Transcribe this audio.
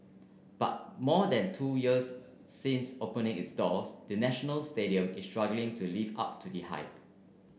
but more than two years since opening its doors the National Stadium is struggling to live up to the hype